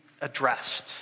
addressed